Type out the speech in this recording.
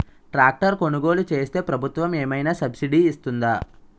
Tractor కొనుగోలు చేస్తే ప్రభుత్వం ఏమైనా సబ్సిడీ ఇస్తుందా?